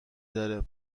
داره